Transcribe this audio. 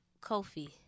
Kofi